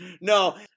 No